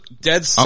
dead